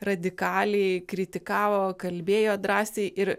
radikaliai kritikavo kalbėjo drąsiai ir